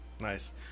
nice